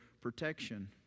protection